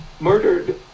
murdered